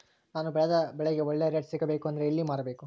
ನಾನು ಬೆಳೆದ ಬೆಳೆಗೆ ಒಳ್ಳೆ ರೇಟ್ ಸಿಗಬೇಕು ಅಂದ್ರೆ ಎಲ್ಲಿ ಮಾರಬೇಕು?